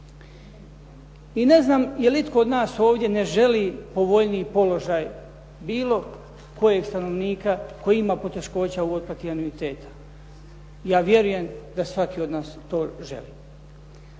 I ne znam je li itko od nas ovdje ne želi povoljniji položaj bilo kojeg stanovnika koji ima poteškoća u otplati anuiteta. Ja vjerujem da svatko od nas to želi.